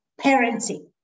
parenting